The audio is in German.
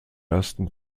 ersten